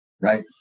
right